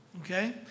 Okay